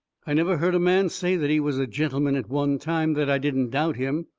i never heard a man say that he was a gentleman at one time, that i didn't doubt him.